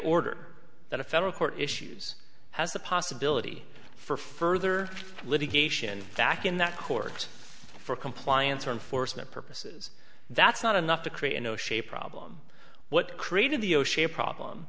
order that a federal court issues has the possibility for further litigation back in that court for compliance or enforcement purposes that's not enough to create an o'shea problem what created the o'shea problem